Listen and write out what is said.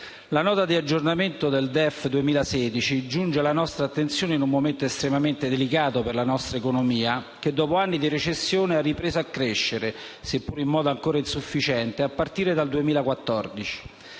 La Nota di aggiornamento al DEF 2016 giunge alla nostra attenzione in un momento estremamente delicato per la nostra economia che, dopo anni di recessione, ha ripreso a crescere, seppur in modo ancora insufficiente, a partire dal 2014.